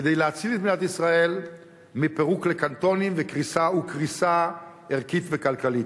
כדי להציל את מדינת ישראל מפירוק לקנטונים וקריסה ערכית וכלכלית.